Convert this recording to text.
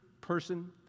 person